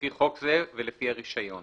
לפי חוק זה ולפי הרישיון.